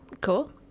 Cool